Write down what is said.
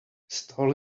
stall